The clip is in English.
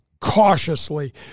cautiously